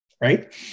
Right